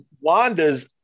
Wanda's